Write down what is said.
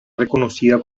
reconocida